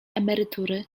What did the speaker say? emerytury